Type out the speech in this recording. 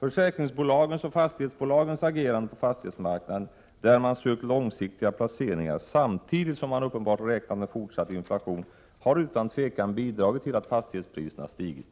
Försäkringsbolagens och fastighetsbolagens agerande på fastighetsmarknaden, där man sökt långsiktiga placeringar samtidigt som man uppenbart räknat med fortsatt inflation, har utan tvivel bidragit till att fastighetspriserna har stigit.